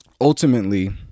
Ultimately